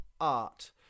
art